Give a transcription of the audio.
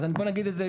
אז בוא נגיד את זה,